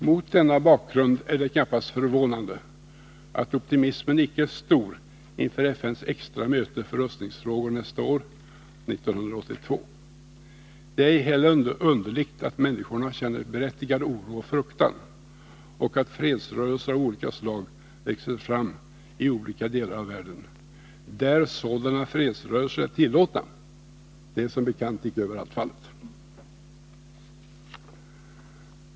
Mot denna bakgrund är det knappast förvånande att optimismen inte är stor inför FN:s extra möte om nedrustningsfrågor nästa år. Det är ej heller underligt att människorna känner berättigad oro och fruktan och att fredsrörelser av olika slag växer fram i de delar av världen där sådana rörelser är tillåtna. Det är som bekant icke överallt fallet.